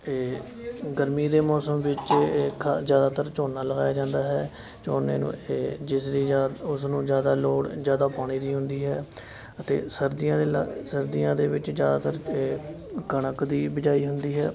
ਇਹ ਗਰਮੀ ਦੇ ਮੌਸਮ ਵਿੱਚ ਇਹ ਖ ਜ਼ਿਆਦਾਤਰ ਝੋਨਾ ਲਗਾਇਆ ਜਾਂਦਾ ਹੈ ਝੋਨੇ ਨੂੰ ਇਹ ਜਿਸ ਦੀ ਜ ਉਸ ਨੂੰ ਜ਼ਿਆਦਾ ਲੋੜ ਜ਼ਿਆਦਾ ਪਾਣੀ ਦੀ ਹੁੰਦੀ ਹੈ ਅਤੇ ਸਰਦੀਆਂ ਦੇ ਲ ਸਰਦੀਆਂ ਦੇ ਵਿੱਚ ਜ਼ਿਆਦਾਤਰ ਇਹ ਕਣਕ ਦੀ ਬਿਜਾਈ ਹੁੰਦੀ ਹੈ